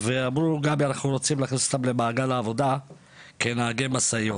ואמרו שהם רוצים להכניס אותם למעגל העבודה כנהגי משאיות,